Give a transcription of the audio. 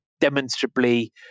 demonstrably